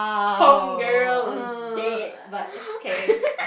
home girl was dead but it's okay